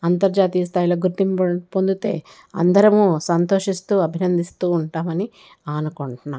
అంతర్జాతీయ స్థాయిలో గుర్తింపు పొం పొందితే అందరము సంతోషిస్తూ అభినందిస్తూ ఉంటామని అనుకుంటున్నా